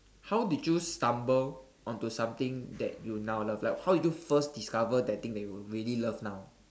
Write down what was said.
how did you stumble onto something that you now love like how did you first discover that thing that you really love now